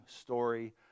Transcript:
story